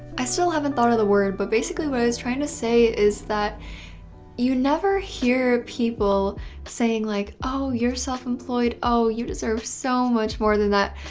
i still haven't thought of the word but basically what i was trying to say is that you never hear people saying like, oh you're self-employed, oh you deserve so much more than that.